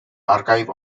archive